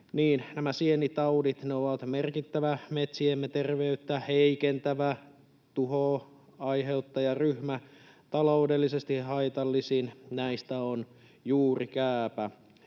nämä sienitaudit ovat merkittävä metsiemme terveyttä heikentävä, tuhoa aiheuttava ryhmä. Taloudellisesti haitallisin näistä on juurikääpä,